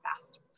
fast